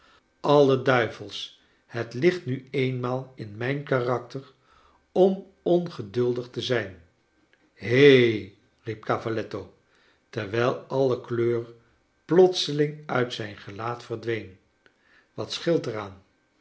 alle duivels het ligt nu eenmaal in mijn karakter om ongedaldig te zijn he riep cavalletto terwijl alio kleur plotseling uit zijn gelaat verdween wat scheelt er aan